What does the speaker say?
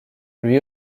lui